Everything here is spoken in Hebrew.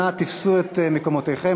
נא תפסו את מקומותיכם,